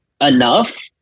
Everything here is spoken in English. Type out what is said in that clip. enough